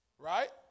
Right